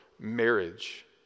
marriage